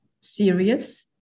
Serious